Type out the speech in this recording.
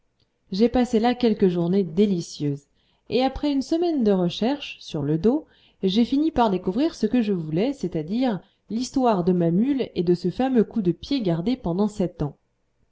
j'ai passé là quelques journées délicieuses et après une semaine de recherches sur le dos j'ai fini par découvrir ce que je voulais c'est-à-dire l'histoire de ma mule et de ce fameux coup de pied gardé pendant sept ans